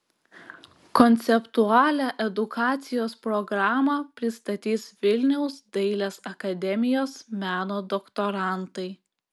konceptualią edukacijos programą pristatys vilniaus dailės akademijos meno doktorantai